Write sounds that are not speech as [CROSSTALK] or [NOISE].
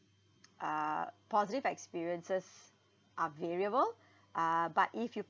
[NOISE] uh positive experiences are variable uh but if you